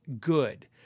good